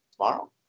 Tomorrow